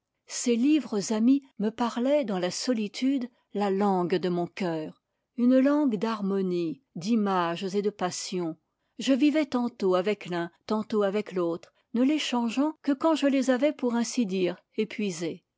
ces livres amis me parlaient dans la solitude la langue de mon cœur une langue d'harmonie d'images et de passion je vivais tantôt avec l'un tantôt avec l'autre ne les changeant que quand je les avais pour ainsi dire épuisés